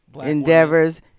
endeavors